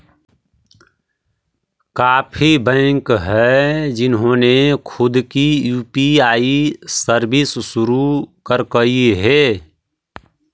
काफी बैंक हैं जिन्होंने खुद की यू.पी.आई सर्विस शुरू करकई हे